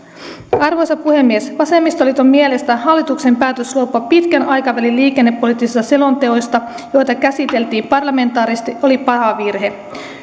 arvoisa puhemies vasemmistoliiton mielestä hallituksen päätös luopua pitkän aikavälin liikennepoliittisista selonteoista joita käsiteltiin parlamentaarisesti oli paha virhe